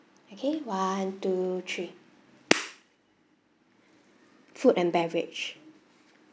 okay one two three food and beverage